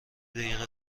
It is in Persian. دقیقه